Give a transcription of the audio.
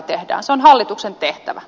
se on hallituksen tehtävä